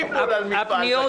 הצבעה בעד הפניות